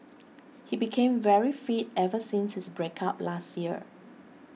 he became very fit ever since his breakup last year